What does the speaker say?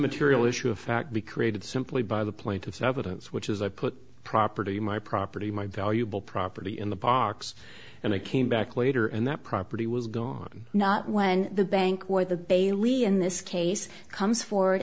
material issue of fact be created simply by the plaintiff's evidence which is i put property my property my valuable property in the box and i came back later and that property was gone not when the bank or the bailey in this case comes for